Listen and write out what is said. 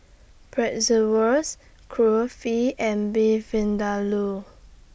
Bratwurst Kulfi and Beef Vindaloo